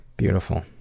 Beautiful